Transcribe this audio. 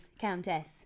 Countess